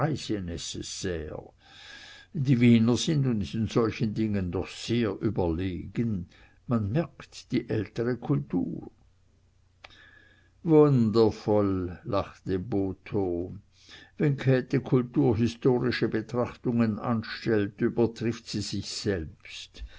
die wiener sind uns in solchen dingen doch sehr überlegen man merkt die ältere kultur wundervoll lachte botho wenn käthe kulturhistorische betrachtungen anstellt übertrifft sie sich selbst